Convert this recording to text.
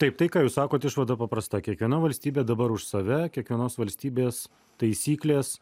taip tai ką jūs sakot išvada paprasta kiekviena valstybė dabar už save kiekvienos valstybės taisyklės